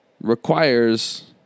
requires